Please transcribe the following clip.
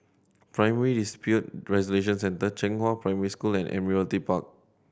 Primary Dispute Resolution Centre Zhenghua Primary School and Park